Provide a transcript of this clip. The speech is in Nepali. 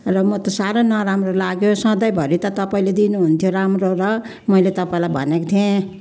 र म त साह्रो नराम्रो लाग्यो सधैँभरि त तपाईँले दिनुहुन्थ्यो राम्रो र मैले तपाईँलाई भनेको थिएँ